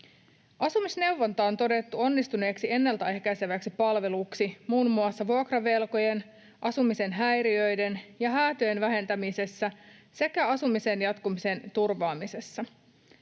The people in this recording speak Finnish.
Asumisneuvonta on todettu onnistuneeksi ennalta ehkäiseväksi palveluksi muun muassa vuokravelkojen, asumisen häiriöiden ja häätöjen vähentämisessä sekä asumisen jatkumisen turvaamisessa.